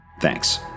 Thanks